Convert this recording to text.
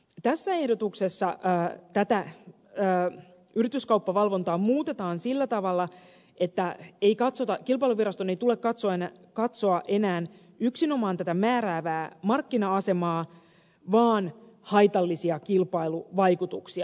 tässä ehdotuksessa yrityskauppavalvontaa muutetaan sillä tavalla että kilpailuviraston ei tule katsoa enää yksinomaan määräävää markkina asemaa vaan haitallisia kilpailuvaikutuksia